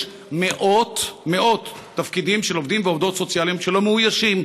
יש מאות תפקידים של עובדים ועובדות סוציאליים שלא מאוישים,